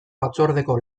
batzordeko